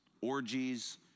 orgies